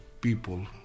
people